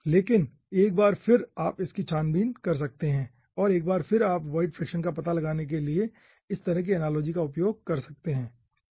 लेकिन एक बार फिर आप इसकी छानबीन कर सकते हैं और एक बार फिर आप वाइड फ्रैक्शन का पता लगाने के लिए इस तरह की एनालॉजी का उपयोग कर सकते हैं